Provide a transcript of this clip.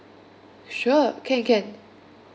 sure can can